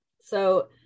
So-